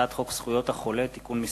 הצעת חוק זכויות החולה (תיקון מס'